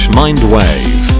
mindwave